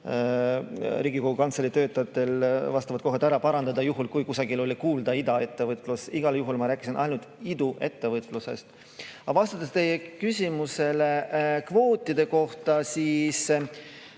Riigikogu Kantselei töötajatel vastavad kohad stenogrammis ära parandada, juhul kui kusagil oli kuulda "idaettevõtlus". Igal juhul ma rääkisin ainult iduettevõtlusest. Aga vastates teie küsimusele kvootide kohta: